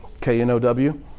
K-N-O-W